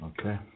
Okay